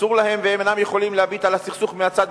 אסור להם והם אינם יכולים להביט על הסכסוך מהצד,